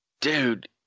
dude